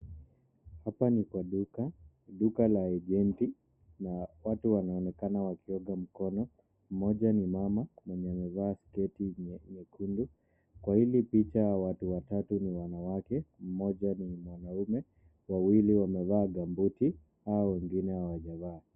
Hapa ni kwa duka, duka la ejendi na watu wanaonekana wakiwa wanawa mikono mmoja ni mama mwenye amevaa sketi nyekundu, kwa hili picha watu watatu ni wanawake mmoja ni mwanaume, wawali wamevaa, ghabuti wawili hawajavaa.